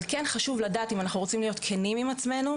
אבל כן חשוב לדעת אם אנחנו רוצים להיות כנים עם עצמנו,